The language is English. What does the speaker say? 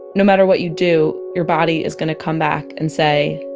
no matter what you do, your body is going to come back and say,